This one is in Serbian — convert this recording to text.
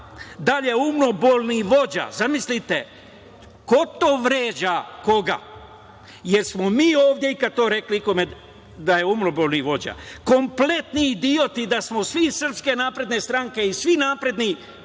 Dalje, umobolni vođa. Zamislite ko to vređa koga? Da li smo mi ovde ikada rekli nekome da je umobolni vođa? Kompletni idioti da smo svi iz Srpske napredne stranke i svi narodni